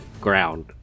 ground